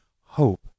hope